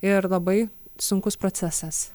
ir labai sunkus procesas